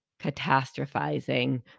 catastrophizing